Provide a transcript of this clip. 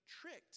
tricked